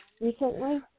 recently